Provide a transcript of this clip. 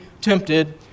tempted